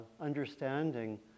understanding